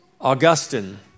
Augustine